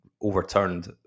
overturned